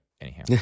anyhow